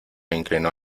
inclinó